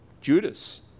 Judas